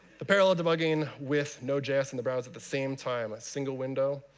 the parallel debugging with node js in the browser, at the same time, a single window.